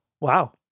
Wow